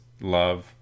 love